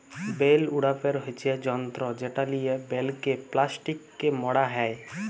bell উড়াপের হচ্যে যন্ত্র যেটা লিয়ে বেলকে প্লাস্টিকে মড়া হ্যয়